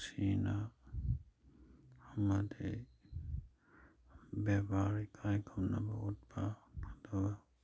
ꯅꯨꯡꯁꯤꯅ ꯑꯃꯗꯤ ꯕꯦꯕꯥꯔ ꯏꯀꯥꯏ ꯈꯨꯝꯅꯕ ꯎꯠꯄ ꯑꯗꯨ